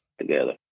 together